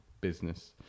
business